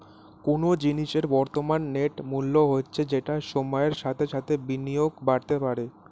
কোনো জিনিসের বর্তমান নেট মূল্য হচ্ছে যেটা সময়ের সাথে সাথে বিনিয়োগে বাড়তে পারে